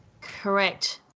correct